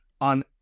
on